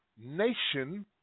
nation